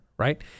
Right